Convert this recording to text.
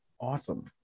Awesome